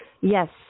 Yes